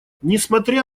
несмотря